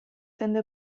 tende